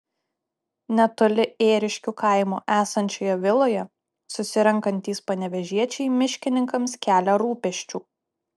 netoli ėriškių kaimo esančioje viloje susirenkantys panevėžiečiai miškininkams kelia rūpesčių